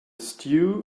stew